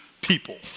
people